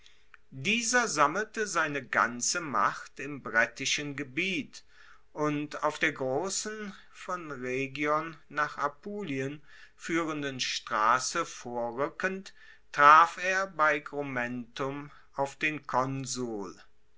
dieser sammelte seine ganze macht im brettischen gebiet und auf der grossen von rhegion nach apulien fuehrenden strasse vorrueckend traf er bei grumentum auf den konsul